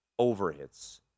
overhits